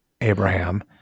Abraham